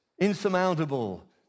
insurmountable